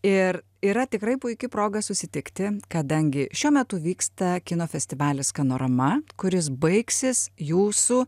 ir yra tikrai puiki proga susitikti kadangi šiuo metu vyksta kino festivalis skanorama kuris baigsis jūsų